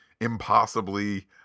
impossibly